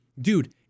dude